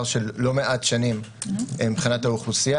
של לא מעט שנים מבחינת האוכלוסייה.